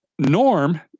norm